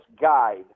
guide